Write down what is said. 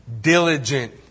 diligent